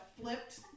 flipped